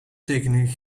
tekenen